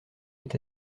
est